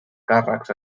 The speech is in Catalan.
càrrecs